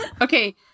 Okay